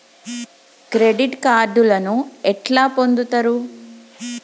Credit కార్డులను ఎట్లా పొందుతరు?